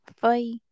Bye